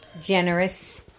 generous